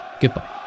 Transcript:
goodbye